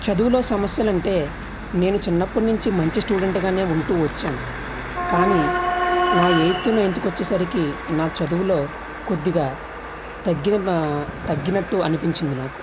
చదువులో సమస్యలు అంటే నేను చిన్నప్పటి నుంచే మంచి స్టూడెంట్గా ఉంటూ వచ్చాను కానీ నా ఎయిత్ నైన్త్కి వచ్చేసరికి నాకు చదువులో కొద్దిగా తగ్గిన్నట్టు అనిపించింది నాకు